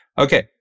Okay